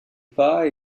pas